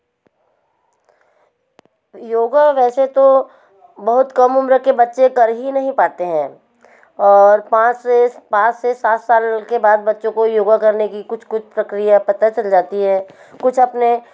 योग वैसे तो बहुत कम उम्र के बच्चे कर ही नहीं पाते हैं और पाँच से पाँच से सात साल के बाद बच्चों को योग करने की कुछ कुछ प्रक्रिया पता चल जाती है कुछ अपने